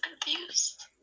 confused